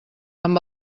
amb